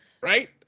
Right